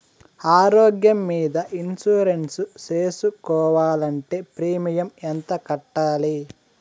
ఆరోగ్యం మీద ఇన్సూరెన్సు సేసుకోవాలంటే ప్రీమియం ఎంత కట్టాలి?